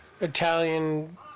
Italian